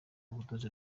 ubudozi